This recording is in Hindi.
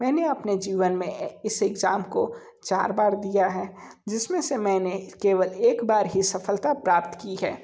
मैंने अपने जीवन में इस ऐगज़ाम को चार बार दिया है जिस में से मैंने केवल एक बार ही सफलता प्राप्त की है